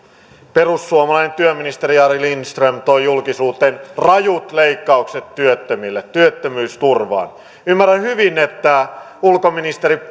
perussuomalainen työministeri jari lindström toi julkisuuteen rajut leikkaukset työttömille työttömyysturvaan ymmärrän hyvin että ulkoministeri